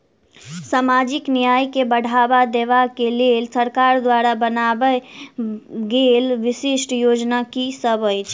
सामाजिक न्याय केँ बढ़ाबा देबा केँ लेल सरकार द्वारा बनावल गेल विशिष्ट योजना की सब अछि?